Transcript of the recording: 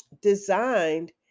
designed